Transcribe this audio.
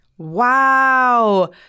Wow